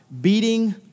beating